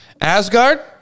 asgard